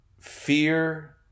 fear